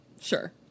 sure